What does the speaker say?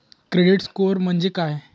Credit score म्हणजे काय?